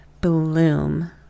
Bloom